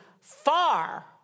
far